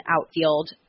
outfield